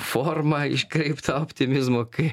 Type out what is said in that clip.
forma iškreipta optimizmo kai